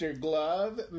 Glove